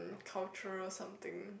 cultural something